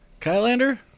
Kylander